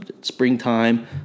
springtime